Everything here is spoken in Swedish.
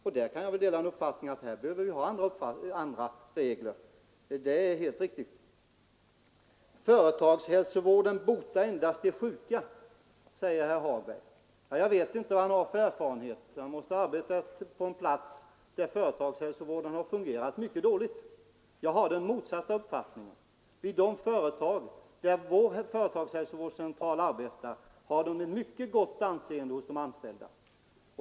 Jag kan dela uppfattningen att det behövs andra regler på detta område. Företagshälsovården botar endast de sjuka, säger herr Hagberg. Jag vet inte vilka erfarenheter han har gjort, men han måste ha arbetat på en plats där företagshälsovården fungerade mycket dåligt. Jag har den motsatta uppfattningen. Vid de företag där vår företagshälsovårdscentral arbetar har den ett mycket gott anseende hos de anställda.